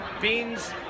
beans